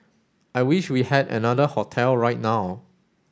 I wish we had another hotel right now